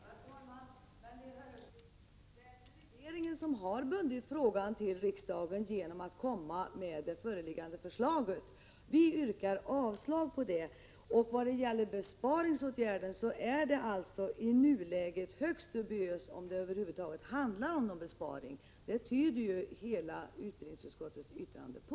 Herr talman! Det är ju regeringen, Lena Öhrsvik, som har bundit frågan till riksdagen genom att lägga fram det föreliggande förslaget. Vi yrkar avslag på detta. När det gäller besparingsåtgärder är det i nuläget högst dubiöst om det över huvud taget handlar om någon besparing — det tyder hela utbildningsutskottets yttrande på.